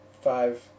five